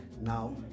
Now